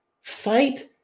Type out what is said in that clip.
Fight